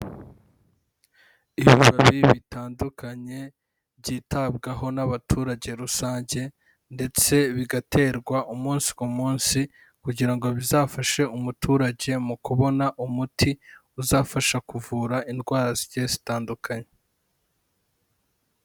Ibibabi bitandukanye byitabwaho n'abaturage rusange ndetse bigaterwa umunsi ku munsi kugira ngo bizafashe umuturage mu kubona umuti uzafasha kuvura indwara zigiye zitandukanye.